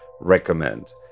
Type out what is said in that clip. recommend